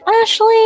Ashley